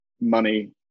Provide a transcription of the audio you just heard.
money